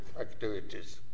activities